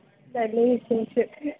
നല്ല വിശേഷം ഒക്കെ